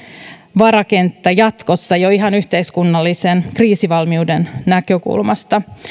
varakenttä jatkossa jo ihan yhteiskunnallisen kriisivalmiuden näkökulmasta